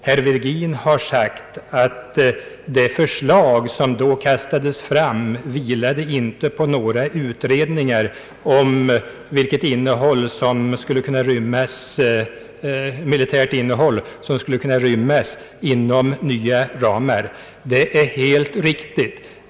Herr Virgin har sagt att det förslag som då kastades fram inte vilade på några utredningar om vilket militärt innehåll som skulle kunna rymmas inom nya ramar. Det är helt riktigt.